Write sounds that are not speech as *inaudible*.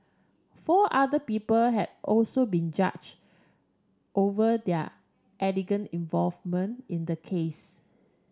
four other people have also been charged over their *unintelligible* involvement in the case